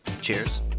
cheers